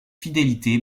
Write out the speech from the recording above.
fidélité